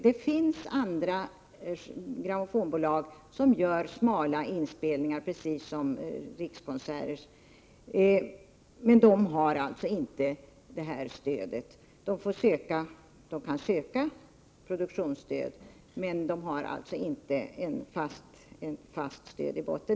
Det finns andra grammofonbolag som gör ”smala” inspelningar precis som Rikskonserters, men de får inte samma stöd. De kan söka produktionsstöd, men de har inte ett fast stöd i botten.